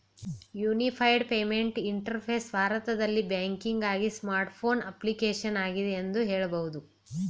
unified payment interface ಭಾರತದಲ್ಲಿ ಬ್ಯಾಂಕಿಂಗ್ಆಗಿ smart phone application ಆಗಿದೆ ಎಂದು ಹೇಳಬಹುದು